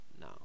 No